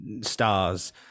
stars